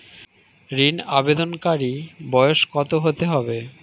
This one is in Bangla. ঋন আবেদনকারী বয়স কত হতে হবে?